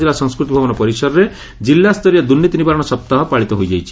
କିଲ୍ଲା ସଂସ୍କୃତି ଭବନ ପରିସରରେ ଜିଲ୍ଲାସ୍ଡରୀୟ ଦୁର୍ନୀତି ନିବାରଣ ସପ୍ତାହ ପାଳିତ ହୋଇଯାଇଛି